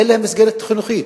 אין להם מסגרת חינוכית,